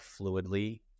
fluidly